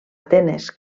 atenes